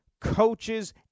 coaches